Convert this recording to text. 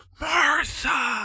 Martha